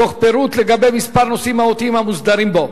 תוך פירוט לגבי מספר נושאים מהותיים המוסדרים בו.